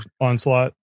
onslaught